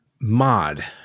mod